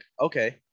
okay